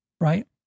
right